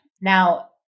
Now